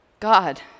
God